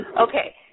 Okay